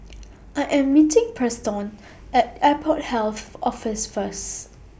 I Am meeting Preston At Airport Health Office First